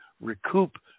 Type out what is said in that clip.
recoup